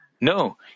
No